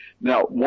Now